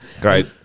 Great